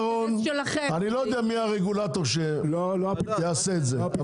אני לא יודע מי הרגולטור שיעשה את זה,